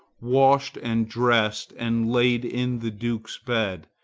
washed and dressed and laid in the duke's bed,